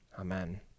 Amen